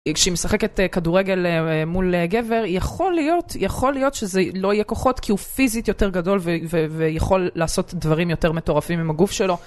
כשהיא משחקת כדורגל מול גבר, יכול להיות שזה לא יהיה כוחות כי הוא פיזית יותר גדול ויכול לעשות דברים יותר מטורפים עם הגוף שלו.